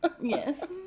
Yes